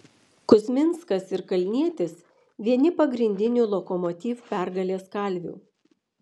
kuzminskas ir kalnietis vieni pagrindinių lokomotiv pergalės kalvių